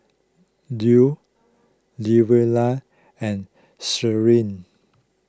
Lu Luverne and Shirlie